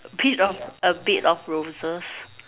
bit of a bed of roses